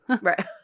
Right